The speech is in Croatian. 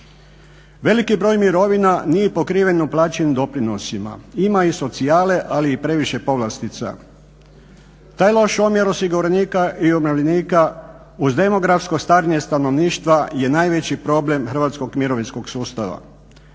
Veliki broj mirovina nije pokriven plaćenim doprinosima, ima i socijale ali i previše povlastica. Taj loš omjer osiguranika i umirovljenika uz demografsko stanje stanovništva je najveći problem hrvatskog mirovinskog sustava.